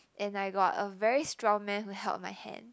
and I got a very strong man who held my hand